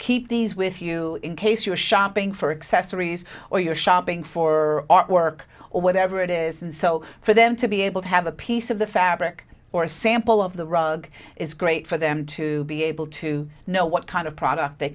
keep these with you in case you're shopping for accessories or you're shopping for artwork or whatever it is and so for them to be able to have a piece of the fabric or a sample of the rug is great for them to be able to know what kind of product they